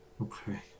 Okay